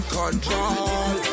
control